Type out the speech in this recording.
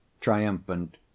triumphant